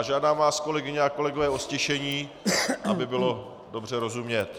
Žádám vás, kolegyně a kolegové, o ztišení, aby bylo dobře rozumět.